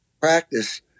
practice